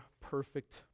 perfect